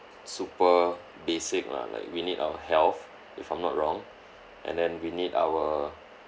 super basic lah like we need our health if I'm not wrong and then we need our